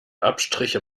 abstriche